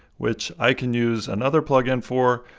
which i can use another plugin for,